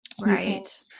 Right